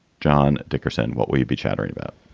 john dickerson, what what you be chattering about?